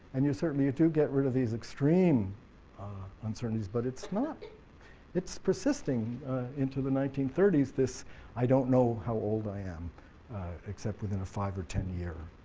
and you certainly do get rid of these extreme on certain of these but it's not it's persisting into the nineteen thirty s this i don't know how old i am except within a five or ten year